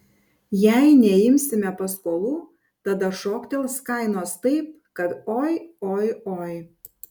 jei neimsime paskolų tada šoktels kainos taip kad oi oi oi